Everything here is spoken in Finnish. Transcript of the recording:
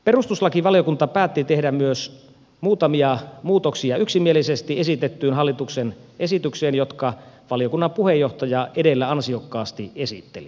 perustuslakivaliokunta päätti tehdä yksimielisesti esitettyyn hallituksen esitykseen myös muutamia muutoksia jotka valiokunnan puheenjohtaja edellä ansiokkaasti esitteli